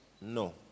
no